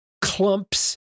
clumps